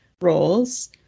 roles